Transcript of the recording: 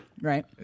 right